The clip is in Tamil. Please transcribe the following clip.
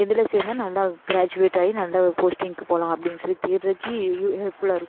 எதில் சேர்ந்தா நல்லா க்ராஜுவேட் ஆகி நல்ல ஒரு போஸ்ட்டிங்க்கு போகலாம் அப்படின்னு சொல்லி தேடுறக்கி ஹெல்ப்ஃபுல்லாக இருக்கும்